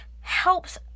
helps